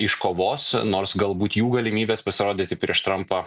iškovos nors galbūt jų galimybės pasirodyti prieš trampą